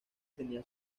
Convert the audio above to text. tenía